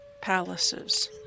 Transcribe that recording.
palaces